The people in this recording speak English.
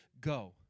go